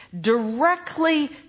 Directly